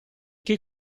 che